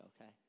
okay